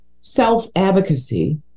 self-advocacy